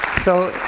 so,